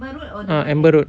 uh amber road